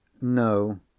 No